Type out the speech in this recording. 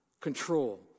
control